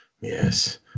Yes